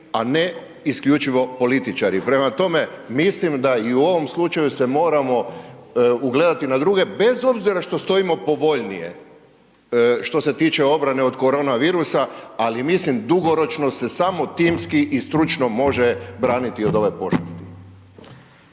a ne isključivo političari. Prema tome, mislim da i u ovom slučaju se moramo ugledati na druge bez obzira što stojimo povoljnije što se tiče obrane od koronavirusa, ali mislim dugoročno se samo timski i stručno može braniti od ove pošasti.